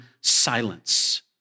silence